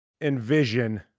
envision